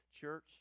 Church